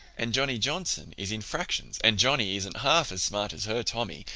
and johnny johnson is in fractions, and johnny isn't half as smart as her tommy,